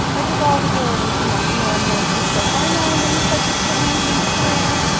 i took all the doilies from under the ornaments and spoke my mind on the subject of the hand-painted lamp,